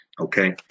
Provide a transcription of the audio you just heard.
okay